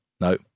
No